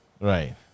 Right